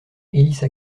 hélice